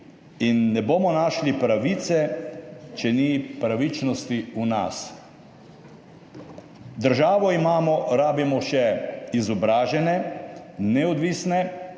in ne bomo našli pravice, če ni pravičnosti v nas". Državo imamo, rabimo še izobražene, neodvisne,